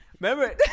Remember